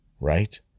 right